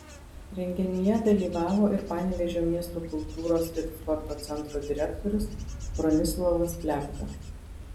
renginyje dalyvavo ir panevėžio miesto kultūros ir sporto centro direktorius bronislovas pliavga